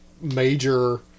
major